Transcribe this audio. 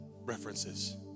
references